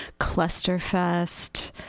Clusterfest